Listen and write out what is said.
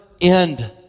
end